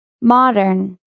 Modern